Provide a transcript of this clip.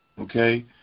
Okay